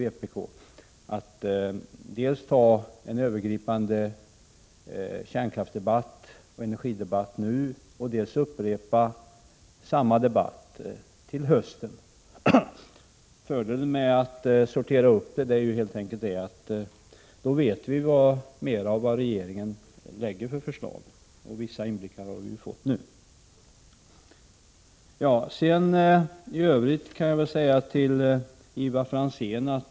vpk, att det var meningslöst att nu ta en övergripande kärnkraftsoch energidebatt och sedan upprepa samma debatt till hösten. Fördelen med att göra denna avgränsning är att vi till hösten mera vet vilka förslag regeringen kommer att lägga fram. En viss inblick har vi ju fått nu.